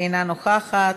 אינה נוכחת,